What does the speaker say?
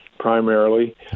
primarily